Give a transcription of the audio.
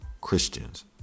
Christians